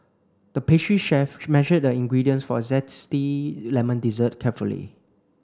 the pastry chef measured the ingredients for a zesty lemon dessert carefully